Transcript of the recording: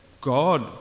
God